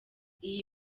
iyi